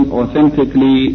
authentically